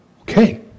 Okay